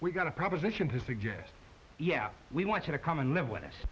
we've got a proposition to suggest yes we want you to come and live with us